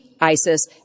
ISIS